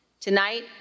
Tonight